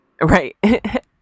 Right